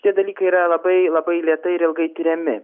tie dalykai yra labai labai lėtai ir ilgai tiriami